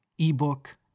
Ebook